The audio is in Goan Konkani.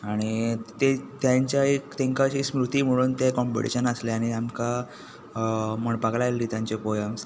आनी ताचें एक तिकां एक स्मृती म्हणून ते काँपटिशन आसलें आनी आमकां म्हणपाक लायल्ली तांची पोयम्स